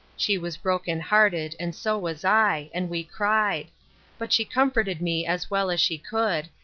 she was broken-hearted, and so was i, and we cried but she comforted me as well as she could,